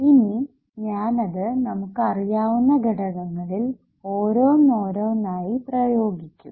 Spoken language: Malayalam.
ഇനി ഞാൻ അത് നമുക്ക് അറിയാവുന്ന ഘടകങ്ങളിൽ ഓരോന്നോരോന്നായി പ്രയോഗിക്കും